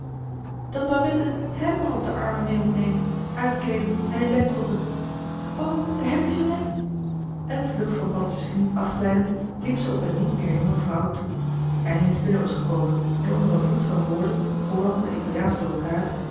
dat babette hèm maar op d'r armen mee moet nemen uitkleeden en in bed stoppen o daar heb-je ze net en vlug van paddeltje's knie afglijdend liep ze op een niet meer jonge vrouw toe die ijlings binnen was gekomen en onder een vloed van woorden hollandsch en italiaansch door elkaar